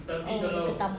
and ketam